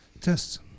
tests